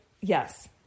Yes